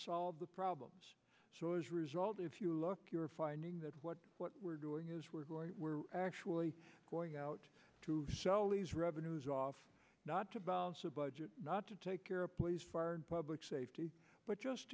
solve the problem so as a result if you look you're finding that what we're doing is we're going we're actually going out to sell these revenues off not to balance a budget not to take care of police fire and public safety but just